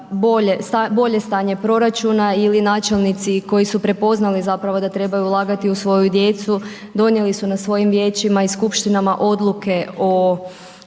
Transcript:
bolje stanje proračuna ili načelnici koji su prepoznali zapravo da treba ulagati u svoju djecu, donijeli su na svojim vijećima i skupštinama odluke o